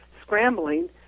scrambling